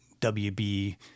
WB